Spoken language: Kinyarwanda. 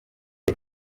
ati